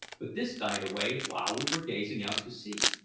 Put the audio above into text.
but this died away while we were gazing out to sea.